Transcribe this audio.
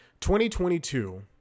2022